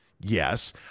Yes